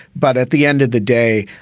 but at the end of the day,